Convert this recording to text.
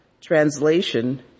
translation